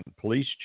police